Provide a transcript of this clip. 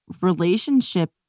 relationship